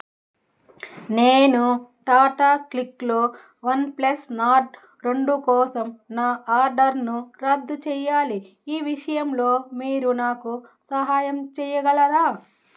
నేను టాటా క్లిక్లో OnePlus Nord రెండు కోసం నా ఆర్డర్ను రద్దు చెయ్యాలి ఈ విషయంలో మీరు నాకు సహాయం చెయ్యగలరా